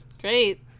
Great